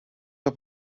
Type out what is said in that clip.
que